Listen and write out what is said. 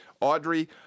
Audrey